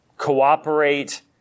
cooperate